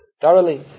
thoroughly